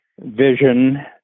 vision